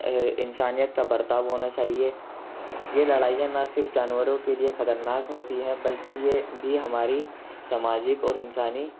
انسانیت کا برتاؤ ہونا چاہیے یہ لڑائیاں نہ صرف جانوروں کے لیے خطرناک ہوتی ہیں بلکہ یہ بھی ہماری سماجک اور انسانی